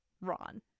Ron